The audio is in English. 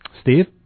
Steve